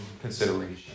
consideration